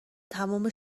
تمام